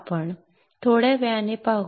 आपण थोड्या वेळाने पाहू